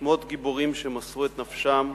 שמות הגיבורים שמסרו את נפשם,